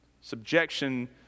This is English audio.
subjection